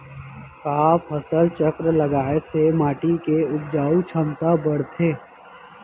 का फसल चक्र लगाय से माटी के उपजाऊ क्षमता बढ़थे?